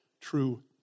true